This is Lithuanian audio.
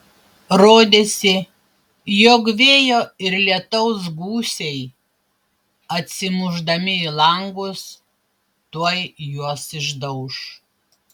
rodėsi jog vėjo ir lietaus gūsiai atsimušdami į langus tuoj juos išdauš